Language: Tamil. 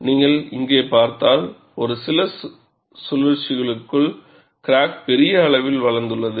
நீங்கள் இங்கே பார்த்தால் ஒரு சில சுழற்சிகளுக்குள் கிராக் பெரிய அளவில் வளர்ந்துள்ளது